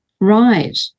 Right